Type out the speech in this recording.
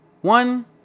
one